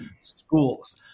schools